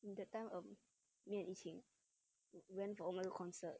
um that time um me and yi qing went for romance concert